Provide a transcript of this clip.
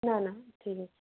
না না ঠিক আছে